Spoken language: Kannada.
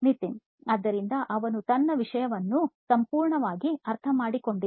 ನಿತಿನ್ ಆದ್ದರಿಂದ ಅವನು ತನ್ನ ವಿಷಯವನ್ನು ಸಂಪೂರ್ಣವಾಗಿ ಅರ್ಥಮಾಡಿಕೊಂಡಿಲ್ಲ